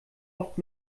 oft